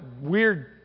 weird